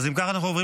אם כך, אנחנו עוברים